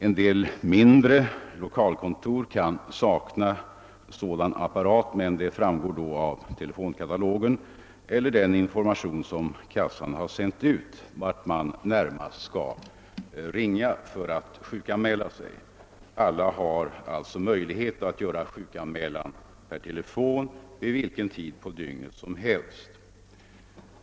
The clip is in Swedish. En del mindre lokalkontor kan sakna sådan apparat, men då framgår det av telefonkatalogen eller av den information som kassan sänt ut vart den sjuke kan ringa för att anmäla sin sjukdom. Alla har sålunda möjligheter att göra sjukanmälan per telefon vid vilken tid på dygnet som helst.